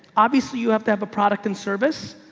obviously you have to have a product and service,